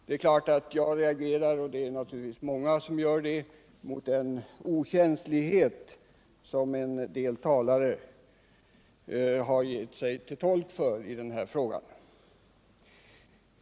Jag, och många andra, reagerade naturligtvis mot den okänslighet som vissa talare gav uttryck för i denna fråga.